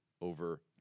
over